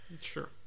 Sure